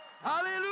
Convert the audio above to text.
hallelujah